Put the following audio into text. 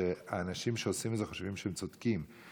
שהאנשים שעושים את זה חושבים שהם צודקים,